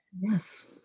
yes